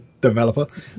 developer